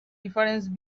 difference